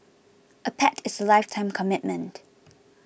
a pet is a lifetime commitment